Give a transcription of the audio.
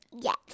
Yes